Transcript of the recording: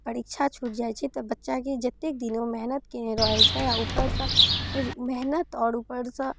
आओर परीक्षा छूटि जाइ छै तऽ बच्चाके जते दिन ओइमे मेहनत केने रहै छै उपरसँ मेहनत आओर उपरसँ